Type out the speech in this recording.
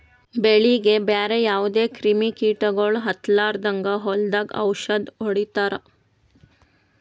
ಬೆಳೀಗಿ ಬ್ಯಾರೆ ಯಾವದೇ ಕ್ರಿಮಿ ಕೀಟಗೊಳ್ ಹತ್ತಲಾರದಂಗ್ ಹೊಲದಾಗ್ ಔಷದ್ ಹೊಡಿತಾರ